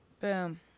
boom